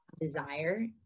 desire